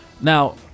Now